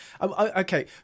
Okay